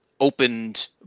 opened